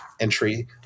entry